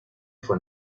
fue